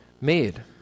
made